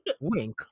wink